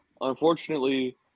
unfortunately